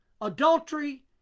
adultery